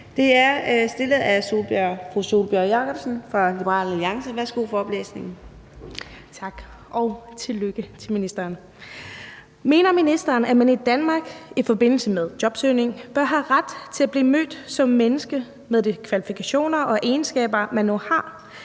spørgsmålet. Kl. 15:01 Sólbjørg Jakobsen (LA): Tak, og tillykke til ministeren. Mener ministeren, at man i Danmark i forbindelse med jobsøgning bør have ret til at blive mødt som menneske med de kvalifikationer og egenskaber, man nu har,